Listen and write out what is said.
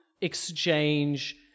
exchange